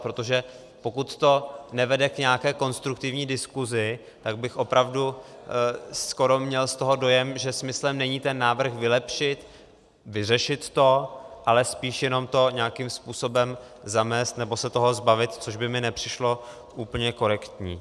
Protože pokud to nevede k nějaké konstruktivní diskuzi, tak bych opravdu skoro měl z toho dojem, že smyslem není ten návrh vylepšit, vyřešit to, ale spíš jenom to nějakým způsobem zamést, nebo se toho zbavit, což by mi nepřišlo úplně korektní.